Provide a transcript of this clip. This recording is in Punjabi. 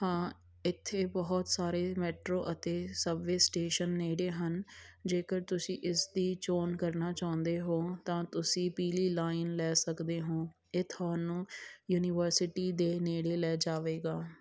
ਹਾਂ ਇੱਥੇ ਬਹੁਤ ਸਾਰੇ ਮੈਟਰੋ ਅਤੇ ਸਬਵੇਅ ਸਟੇਸ਼ਨ ਨੇੜੇ ਹਨ ਜੇਕਰ ਤੁਸੀਂ ਇਸ ਦੀ ਚੋਣ ਕਰਨਾ ਚਾਹੁੰਦੇ ਹੋ ਤਾਂ ਤੁਸੀਂ ਪੀਲੀ ਲਾਈਨ ਲੈ ਸਕਦੇ ਹੋ ਇਹ ਤੁਹਾਨੂੰ ਯੂਨੀਵਰਸਿਟੀ ਦੇ ਨੇੜੇ ਲੈ ਜਾਵੇਗਾ